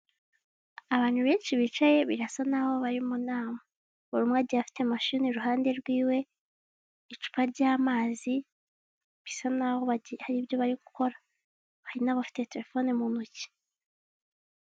Abantu binshi bicaye birasa n'aho bari mu nama, buri umwe agiye afite mashini iruhande rw'iwe, icupa ry'amazi, bisa n'aho bagi hari ibyo bari gukora hari n'abafite terefone mu ntoki.